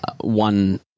one